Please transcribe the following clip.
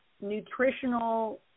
nutritional